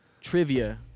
trivia